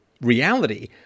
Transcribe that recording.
reality